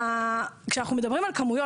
כשאנחנו מדברים על כמויות,